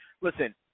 Listen